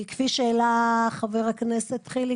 כפי שהעלה חבר הכנסת טרופר,